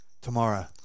Tomorrow